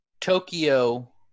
tokyo